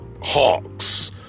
Hawks